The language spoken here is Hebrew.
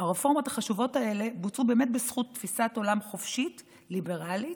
הרפורמות החשובות האלה בוצעו באמת בזכות תפיסת עולם חופשית ליברלית,